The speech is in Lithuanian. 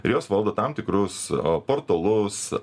ir jos valdo tam tikrus o portalus